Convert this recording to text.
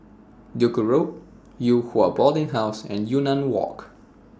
Duku Road Yew Hua Boarding House and Yunnan Walk